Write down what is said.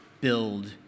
build